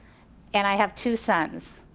and i have two sons,